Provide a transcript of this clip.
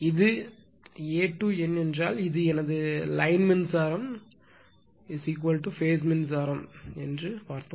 இது என் A to N என்றால் இது எனது லைன் மின்சாரம் பேஸ் மின்சாரம் என்று பார்த்தோம்